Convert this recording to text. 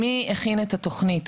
מי הכין את התוכנית?